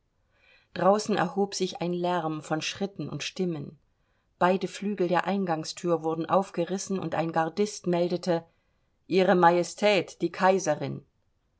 draußen erhob sich ein lärm von schritten und stimmen beide flügel der eingangsthüre wurden aufgerissen und ein gardist meldete ihre majestät die kaiserin